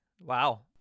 wow